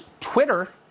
Twitter